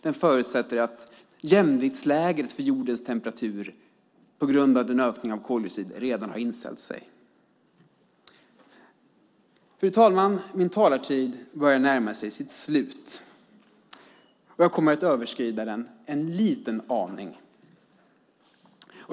Den förutsätter att jämviktsläget för jordens temperatur, på grund av koldioxidökningen, redan har inställt sig. Fru ålderspresident! Min talartid börjar närma sig sitt slut. Jag kommer att överskrida den en liten aning.